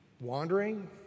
Wandering